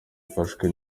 ufashwe